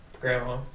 grandma